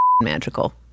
magical